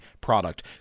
product